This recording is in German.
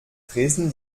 dresden